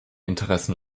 interessen